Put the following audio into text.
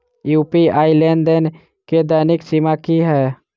UPI लेनदेन केँ दैनिक सीमा की है?